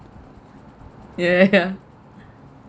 ya ya ya